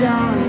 on